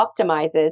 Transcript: optimizes